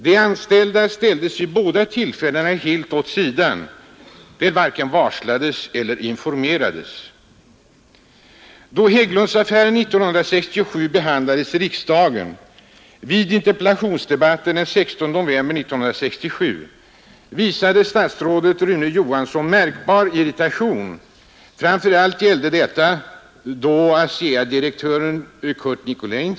De anställda ställdes vid båda Nr 68 tillfällena helt åt sidan — de varken varslades eller informerades. Torsdagen den Då Hägglundaffären behandlades i riksdagen vid interpellationsde 27 april 1972 irritation. Framför allt gällde detta ASEA-direktören Curt Nicolins Ang.